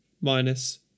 minus